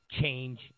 change